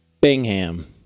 Bingham